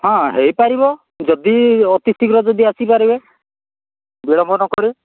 ହଁ ହୋଇ ପାରିବ ଯଦି ଅତି ଶୀଘ୍ର ଯଦି ଆସି ପାରିବେ ବିଳମ୍ୱ ନ କରି